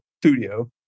studio